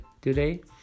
today